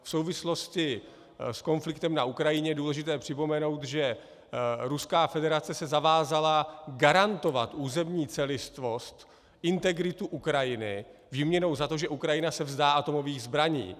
V souvislosti s konfliktem na Ukrajině je důležité připomenout, že Ruská federace se zavázala garantovat územní celistvost, integritu Ukrajiny výměnou za to, že Ukrajina se vzdá atomových zbraní.